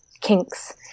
kinks